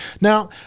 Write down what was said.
Now